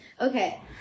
okay